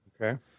Okay